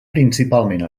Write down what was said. principalment